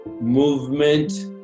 movement